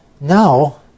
Now